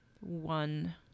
one